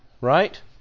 Right